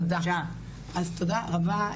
תודה רבה,